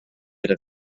gyda